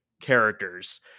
characters